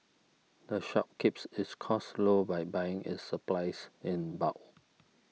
the shop keeps its costs low by buying its supplies in bulk